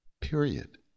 Period